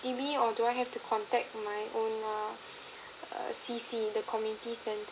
H_D_B or do I have to contact my own err C_C in the community centre